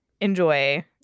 enjoy